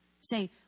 Say